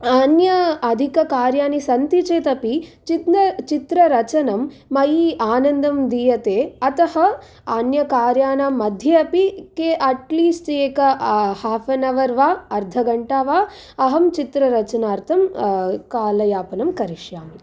अन्य अधिककार्याणि सन्ति चेत् अपि चित्न चित्ररचनं मयि आनन्दं दीयते अतः अन्यकार्याणां मध्ये अपि के अट्लिस्ट् एक हाफनवर् वा अर्धघण्टा वा अहं चित्ररचनार्थं कालयापनं करिष्यामि